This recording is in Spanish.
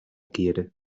quiere